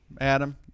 Adam